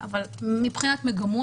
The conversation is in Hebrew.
מבחינת מגמות,